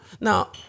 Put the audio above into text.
Now